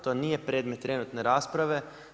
To nije predmet trenutne rasprave.